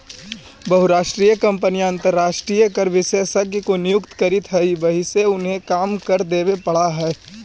बहुराष्ट्रीय कंपनियां अंतरराष्ट्रीय कर विशेषज्ञ को नियुक्त करित हई वहिसे उन्हें कम कर देवे पड़ा है